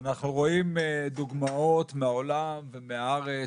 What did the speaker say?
אנחנו רואים דוגמאות מהעולם ומהארץ,